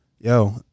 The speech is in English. Yo